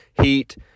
heat